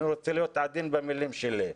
אני רוצה להיות עדין במילים שלי.